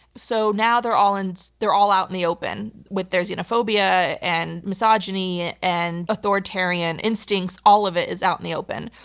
so, now they're all and they're all out in the open with their xenophobia and misogyny and authoritarian instincts, all of it is out in the open.